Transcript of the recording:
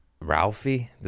Ralphie